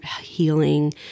healing